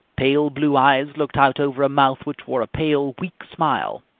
pale blue eyes looked out over a mouth which wore a pale, weak smile,